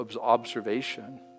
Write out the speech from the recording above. observation